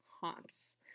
haunts